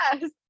yes